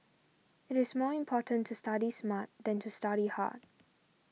it is more important to study smart than to study hard